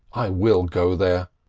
i will go there,